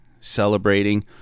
celebrating